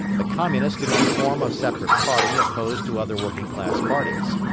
the communists do not form a separate party opposed to other working-class parties.